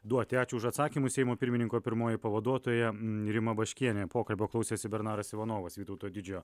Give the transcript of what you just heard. duoti ačiū už atsakymus seimo pirmininko pirmoji pavaduotoja rima baškienė pokalbio klausėsi bernaras ivanovas vytauto didžiojo